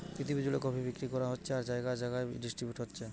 পৃথিবী জুড়ে কফি বিক্রি করা হচ্ছে আর জাগায় জাগায় ডিস্ট্রিবিউট হচ্ছে